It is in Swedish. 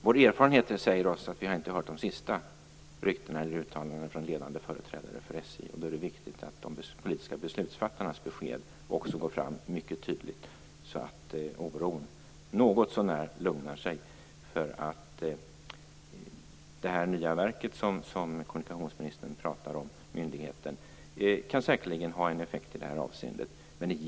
Vår erfarenhet säger oss att vi inte har hört de sista ryktena eller uttalandena från ledande företrädare för SJ, och då är det viktigt att de politiska beslutsfattarnas besked går fram mycket tydligt så att oron något så när lugnar sig. Den nya myndighet som kommunikationsministern pratar om kan säkerligen ha en effekt i det här avseendet.